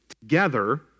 together